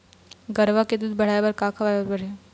गरवा के दूध बढ़ाये बर का खवाए बर हे?